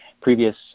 previous